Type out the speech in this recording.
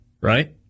right